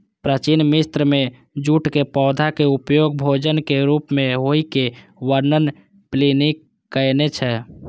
प्राचीन मिस्र मे जूटक पौधाक उपयोग भोजनक रूप मे होइ के वर्णन प्लिनी कयने छै